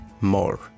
more